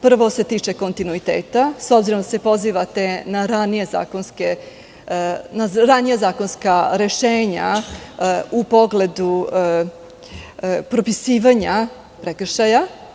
Prvo se tiče kontinuiteta, s obzirom da se pozivate na ranija zakonska rešenja u pogledu propisivanja prekršaja.